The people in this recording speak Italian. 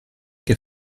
che